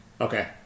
Okay